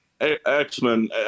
X-Men